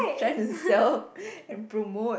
try himself and promote